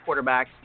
quarterbacks